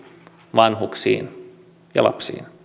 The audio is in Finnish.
vanhuksiin ja